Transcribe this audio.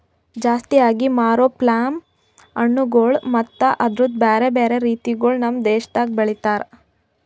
ಜಾಸ್ತಿ ಆಗಿ ಮಾರೋ ಪ್ಲಮ್ ಹಣ್ಣುಗೊಳ್ ಮತ್ತ ಅದುರ್ದು ಬ್ಯಾರೆ ಬ್ಯಾರೆ ರೀತಿಗೊಳ್ ನಮ್ ದೇಶದಾಗ್ ಬೆಳಿತಾರ್